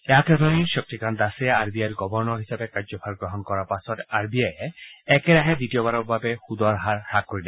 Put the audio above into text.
ইয়াকে ধৰি শক্তিকান্ত দাসে আৰ বি আইৰ গৱৰ্ণৰ হিচাপে কাৰ্যভাৰ গ্ৰহণ কৰাৰ পাছত আৰ বি আয়ে একেৰাহে দ্বিতীয়বাৰৰ সূদৰ হাৰ হ্ৰাস কৰিলে